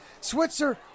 Switzer